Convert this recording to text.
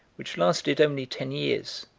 which lasted only ten years,